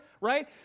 right